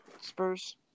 Spurs